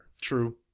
True